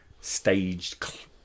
staged